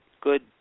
good